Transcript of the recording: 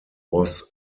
was